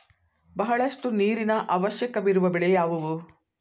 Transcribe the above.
ಬಹಳಷ್ಟು ನೀರಿನ ಅವಶ್ಯಕವಿರುವ ಬೆಳೆ ಯಾವುವು?